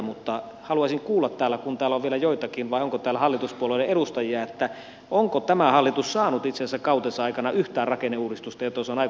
mutta haluaisin kuulla täällä kun täällä on vielä joitakin vai onko täällä hallituspuolueiden edustajia että onko tämä hallitus saanut itse asiassa kautensa aikana eteenpäin yhtään rakenneuudistusta jota se on aikonut tehdä